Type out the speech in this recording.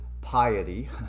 piety